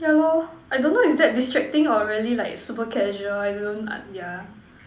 yeah lor I don't know is that distracting or really like super casual I don't uh yeah